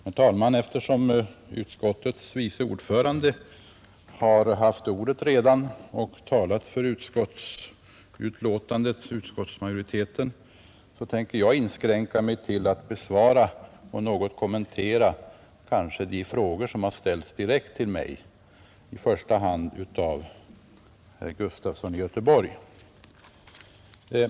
Herr talman! Eftersom utskottets vice ordförande haft ordet redan och talat för utskottsmajoriteten, tänker jag inskränka mig till att besvara och kanske något kommentera de frågor som ställts direkt till mig, i första hand av herr Gustafson i Göteborg.